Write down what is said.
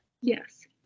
Yes